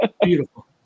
beautiful